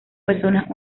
personas